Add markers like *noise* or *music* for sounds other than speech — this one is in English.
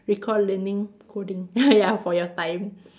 recall learning coding *laughs* ya for your time